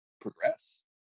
progress